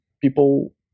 people